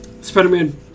Spider-Man